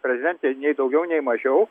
prezidentę nei daugiau nei mažiau